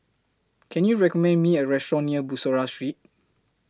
Can YOU recommend Me A Restaurant near Bussorah Street